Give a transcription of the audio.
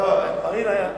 מרינה,